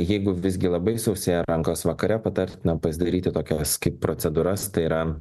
jeigu visgi labai išsausėja rankos vakare patartina pasidaryti tokias kaip procedūras tai yra